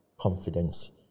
confidence